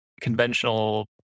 conventional